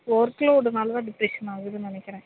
work லோடுனால தான் depression ஆகுதுன்னு நினைக்கிறேன்